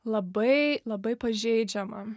labai labai pažeidžiama